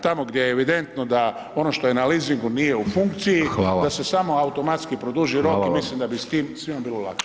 Tamo gdje je evidentno da ono što je na lizingu nije u funkciji, da se samo automatski produži rok i mislim da bi s tim svima bilo lakše.